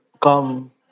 come